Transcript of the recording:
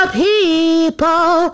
people